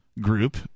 group